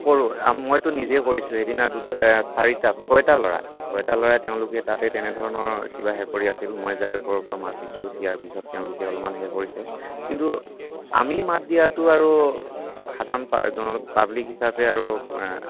কৰোঁ মইতো নিজে কৰিছোঁ সেইদিনা দুটা চাৰিটা ছয়টা ল'ৰা ছয়টা ল'ৰাই তেওঁলোকে তাতে তেনেধৰণৰ কিবা কৰি আছিল মই যাই ওপৰৰ পৰা মাত দিছোঁ দিয়াৰ পিছত তেওঁলোকে অলপমান হেৰি কৰিছে কিন্তু আমি মাত দিয়াটো আৰু সাধাৰণ এজন পাব্লিক হিচাপে আৰু